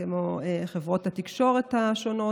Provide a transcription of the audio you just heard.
כמו חברות התקשורת השונות.